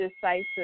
decisive